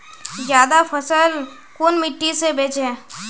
ज्यादा फसल कुन मिट्टी से बेचे?